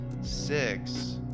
six